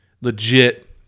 legit